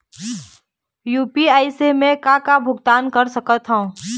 UPI से मैं का का के भुगतान कर सकत हावे?